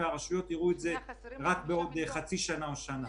והרשויות יראו את זה רק בעוד חצי שנה או שנה.